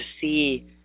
see